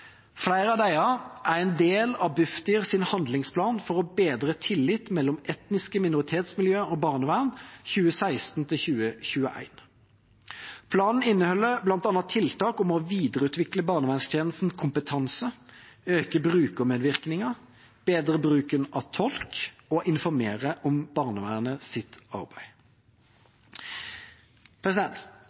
Flere av disse inngår i Bufdirs «Handlingsplan for å bedre tillit mellom etniske minoritetsmiljøer og barnevern 2016–2021». Planen inneholder bl.a. tiltak for å videreutvikle barnevernstjenestens kompetanse, øke brukermedvirkningen, bedre bruken av tolk og informere om barnevernets arbeid.